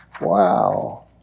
Wow